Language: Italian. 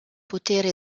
potere